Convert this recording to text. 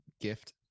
gift